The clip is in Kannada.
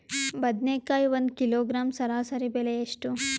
ಬದನೆಕಾಯಿ ಒಂದು ಕಿಲೋಗ್ರಾಂ ಸರಾಸರಿ ಬೆಲೆ ಎಷ್ಟು?